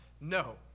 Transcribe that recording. No